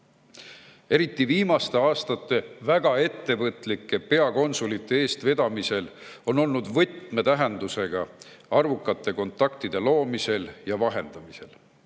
Eriti viimaste aastate väga ettevõtlike peakonsulite eestvedamisel on ta olnud võtmetähendusega arvukate kontaktide loomisel ja vahendamisel,